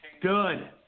good